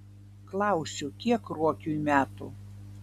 klausiu kiek ruokiui metų